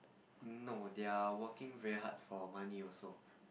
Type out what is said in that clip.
no they are working very hard for money also